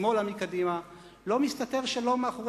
שמאלה מקדימה, מאחורי הדלת הזאת לא מסתתר שלום.